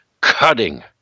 cutting